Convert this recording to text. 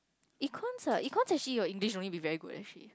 Econs ah Econs actually your English no need to be very good actually